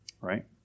Right